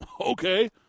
Okay